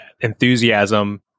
enthusiasm